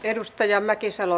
edustaja mäkisalo